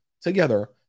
together